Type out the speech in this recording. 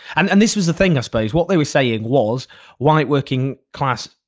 and and this was the thing i suppose what they were saying was white working class,